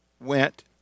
went